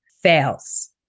fails